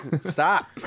Stop